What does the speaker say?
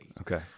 Okay